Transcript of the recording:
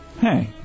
Hey